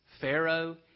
Pharaoh